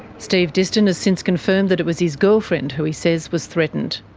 steve diston has since confirmed that it was his girlfriend who he says was threatened.